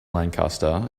lancaster